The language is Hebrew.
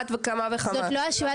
זו לא השוואה